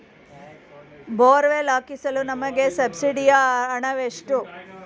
Borewell ಹಾಕಿಸಲು ನಮಗೆ ಸಬ್ಸಿಡಿಯ ಹಣವೆಷ್ಟು?